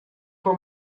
for